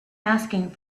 asking